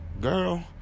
Girl